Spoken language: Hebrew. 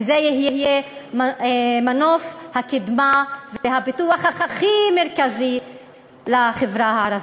וזה יהיה מנוף הקדמה והפיתוח הכי מרכזי לחברה הערבית.